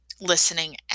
listening